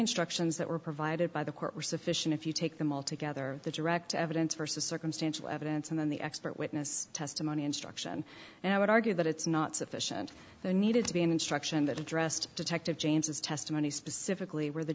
instructions that were provided by the court were sufficient if you take them all together the direct evidence versus circumstantial evidence and then the expert witness testimony instruction and i would argue that it's not sufficient there needed to be an instruction that addressed detective james's testimony specifically where the